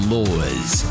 Laws